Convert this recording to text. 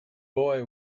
boy